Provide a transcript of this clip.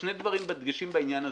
שני דגשים בעניין הזה: